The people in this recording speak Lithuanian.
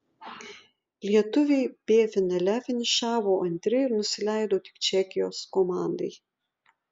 lietuviai b finale finišavo antri ir nusileido tik čekijos komandai